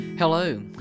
Hello